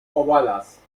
ovadas